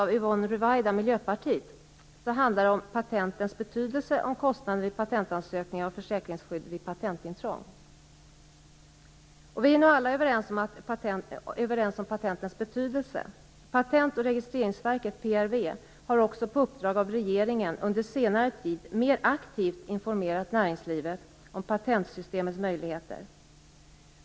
Vi är nog alla överens om patentens betydelse. Patent och registreringsverket, PRV, har också på uppdrag av regeringen under senare tid mer aktivt informerat näringslivet om patentsystemets möjligheter.